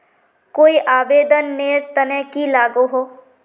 कोई आवेदन नेर तने की लागोहो?